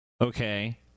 Okay